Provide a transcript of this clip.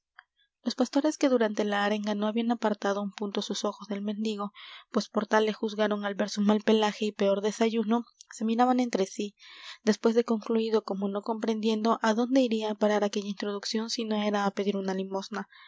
los pastores que durante la arenga no habían apartado un punto sus ojos del mendigo pues por tal le juzgaron al ver su mal pelaje y peor desayuno se miraban entre sí después de concluído como no comprendiendo adónde iría á parar aquella introducción si no era á pedir una limosna